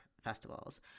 festivals